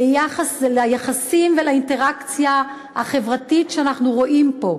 ליחסים ולאינטראקציה החברתית שאנחנו רואים פה.